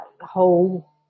whole